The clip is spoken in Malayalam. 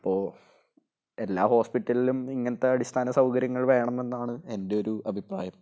അപ്പോള് എല്ലാ ഹോസ്പിറ്റലിലും ഇങ്ങനത്തെ അടിസ്ഥാന സൗകര്യങ്ങൾ വേണമെന്നാണ് എൻ്റെ ഒരൂ അഭിപ്രായം